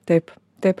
taip taip